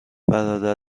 برادر